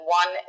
one